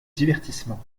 divertissement